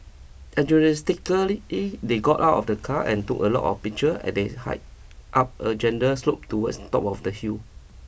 Enthusiastically they got out of the car and took a lot of picture as they hiked up a gentle slope towards the top of the hill